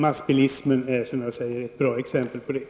Massbilismen är, som jag säger, ett bra exempel på detta.